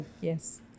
Yes